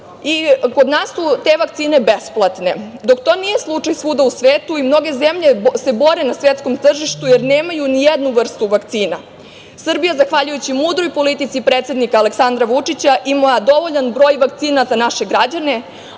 Kod nas su te vakcine besplatne, dok to nije slučaj svuda u svetu i mnoge zemlje se bore na svetskom tržištu jer nemaju nijednu vrstu vakcina. Srbija, zahvaljujući mudroj politici predsednika Aleksandra Vučića, ima dovoljan broj vakcina za naše građane,